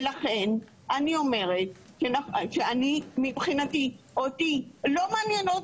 לכן אני אומרת שמבחינתי לא מעניין עוד